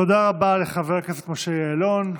תודה רבה לחבר הכנסת משה יעלון.